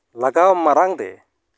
ᱞᱟᱜᱟᱣ ᱢᱟᱲᱟᱝ ᱨᱮ